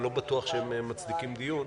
אני לא בטוח שהם מצדיקים דיון.